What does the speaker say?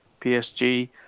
PSG